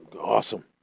awesome